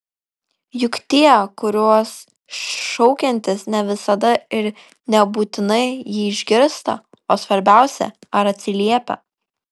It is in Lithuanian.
juk tie kuriuos šaukiantis ne visada ir nebūtinai jį išgirstą o svarbiausia ar atsiliepią